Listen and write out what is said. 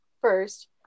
first